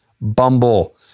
Bumble